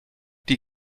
die